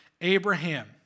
Abraham